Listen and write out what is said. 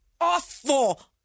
awful